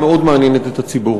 שמאוד מעניינת את הציבור.